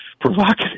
provocative